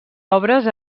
obres